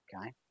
Okay